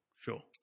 sure